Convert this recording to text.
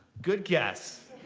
good guess.